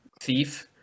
thief